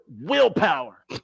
willpower